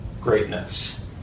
greatness